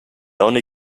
only